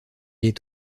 est